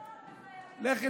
לכי,